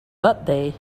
birthday